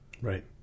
Right